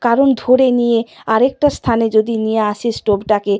কারণ ধরে নিয়ে আর একটা স্থানে যদি নিয়ে আসি স্টোভটাকে